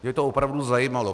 Mě by to opravdu zajímalo.